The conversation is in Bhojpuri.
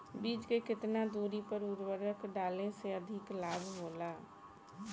बीज के केतना दूरी पर उर्वरक डाले से अधिक लाभ होला?